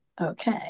okay